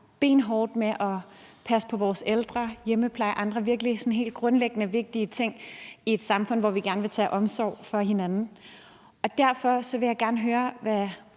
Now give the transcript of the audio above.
benhårdt med at passe på vores ældre, f.eks. i hjemmeplejen, og med andre helt grundlæggende vigtige ting i et samfund, hvor vi gerne vil drage omsorg for hinanden. Derfor vil jeg gerne høre, hvad